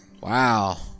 Wow